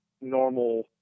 normal